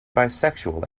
bisexual